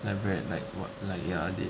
like very like what like ya they